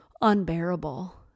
unbearable